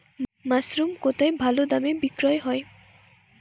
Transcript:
Mushroom কেথায় ভালোদামে বিক্রয় হয়?